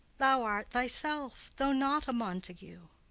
thou art thyself, though not a montague.